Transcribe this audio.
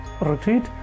retreat